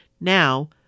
Now